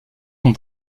sont